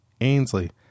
Ainsley